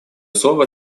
слово